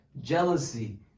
jealousy